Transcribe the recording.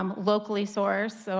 um locally sourced, so